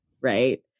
right